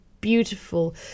beautiful